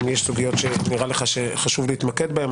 אם יש סוגיות שנראה לך שחשוב להתמקד בהן,